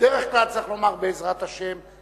בדרך כלל צריך לומר "בעזרת השם",